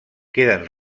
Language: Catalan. queden